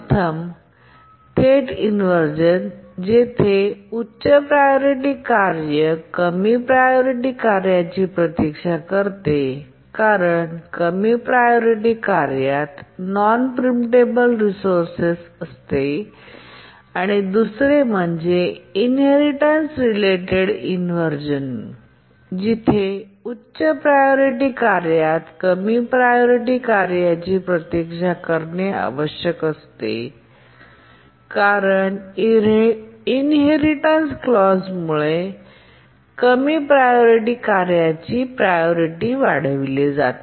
प्रथम थेट इन्व्हरझेन जेथे उच्च प्रायोरिटी कार्य कमी प्रायोरिटी कार्याची प्रतीक्षा करते कारण कमी प्रायोरिटी कार्यात नॉन प्रीमटेबल रिसोर्स असते दुसरे म्हणजे इनहेरिटेन्स रिलेटेड इनव्हर्झन जिथे उच्च प्रायोरिटी कार्यात कमी प्रायोरिटी कार्याची प्रतीक्षा करणे आवश्यक असते कारण इनहेरिटेन्स क्लॉज मुळे कमी प्रायोरिटी कार्यांची प्रायोरिटी वाढवली जाते